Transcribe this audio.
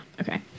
okay